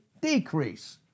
decrease